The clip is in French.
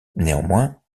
néanmoins